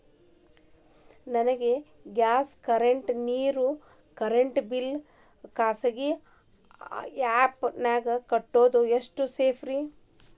ನನ್ನ gas current, ನೇರು, cable ನ ಬಿಲ್ ಖಾಸಗಿ ಆ್ಯಪ್ ನ್ಯಾಗ್ ಕಟ್ಟೋದು ಎಷ್ಟು ಸೇಫ್ರಿ?